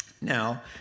now